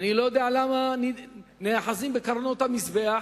ואני לא יודע למה נאחזים בקרנות המזבח